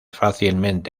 fácilmente